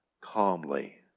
calmly